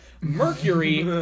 mercury